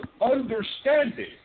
understanding